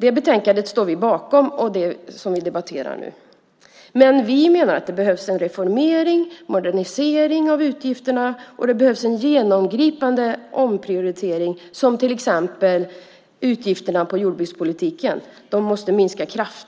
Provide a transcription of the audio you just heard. Det är det betänkande vi står bakom och som vi debatterar nu. Vi menar att det behövs en reformering och en modernisering av utgifterna, och det behövs en genomgripande omprioritering. Till exempel måste utgifterna till jordbrukspolitiken kraftigt minskas.